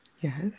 Yes